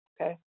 okay